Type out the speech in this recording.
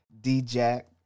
D-Jack